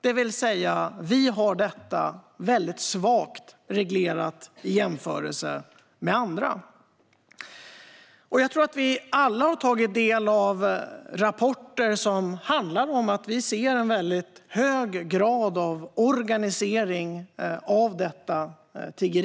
det vill säga detta är väldigt svagt reglerat i Sverige jämfört med hur det är i andra länder. Jag tror att vi alla har tagit del av rapporter som handlar om att vi ser en väldigt hög grad av organisering av detta tiggeri.